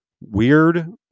weird